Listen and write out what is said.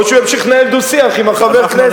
או שהוא ימשיך לנהל דו-שיח עם חבר הכנסת.